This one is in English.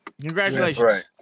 Congratulations